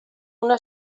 una